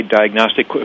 diagnostic